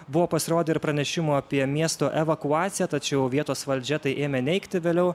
buvo pasirodę ir pranešimų apie miesto evakuaciją tačiau vietos valdžia tai ėmė neigti vėliau